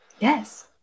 Yes